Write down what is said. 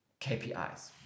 KPIs